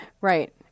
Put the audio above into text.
Right